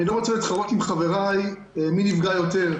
אני לא רוצה להתחרות עם חבריי מי נפגע יותר,